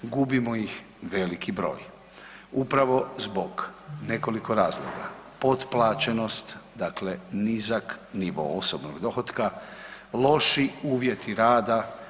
Gubimo ih veliki broj upravo zbog nekoliko razloga: potplaćenost, dakle nizak nivo osobnog dohotka, loši uvjeti rada.